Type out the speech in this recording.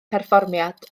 perfformiad